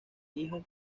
hijas